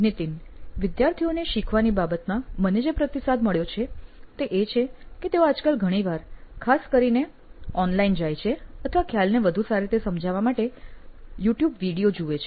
નીતિન વિદ્યાર્થીઓને શીખવાની બાબતમાં મને જે પ્રતિસાદ મળ્યો છે તે એ છે કે તેઓ આજકાલ ઘણી વાર ખાસ કરીને ઓનલાઇન જાય છે અથવા ખ્યાલને વધુ સારી રીતે સમજવા માટે યુટ્યુબ વિડિઓ જુએ છે